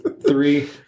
Three